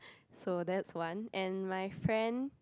so that's one and my friend